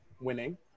winning